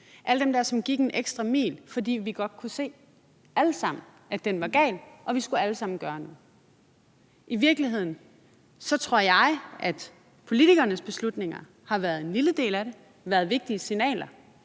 Alle dem, der sådan gik en ekstra mil, fordi vi godt alle sammen kunne se, at den var gal, og vi alle sammen skulle gøre noget. I virkeligheden tror jeg, at politikernes beslutninger har været en lille del af det. Der har været vigtige signaler,